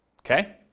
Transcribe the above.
Okay